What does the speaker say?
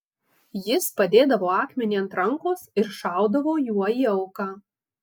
jis padėdavo akmenį ant rankos ir šaudavo juo į auką